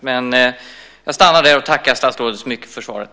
Men jag stannar där och tackar statsrådet så mycket för svaret.